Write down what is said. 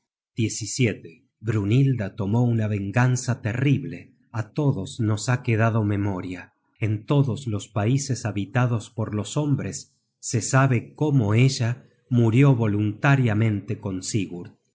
ella brynhilda lomó una venganza terrible á todos nos ha quedado memoria en todos los paises habitados por los hombres se sabe cómo ella murió voluntariamente